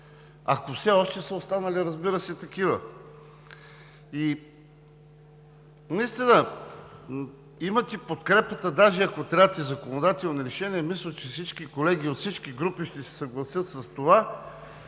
ако все още са останали такива. Наистина имате подкрепата, ако трябват и законодателни решения, мисля, че всички колеги от всички групи ще се съгласят с това,